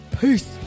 Peace